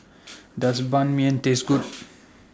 Does Ban Mian Taste Good